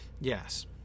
Yes